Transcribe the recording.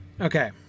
Okay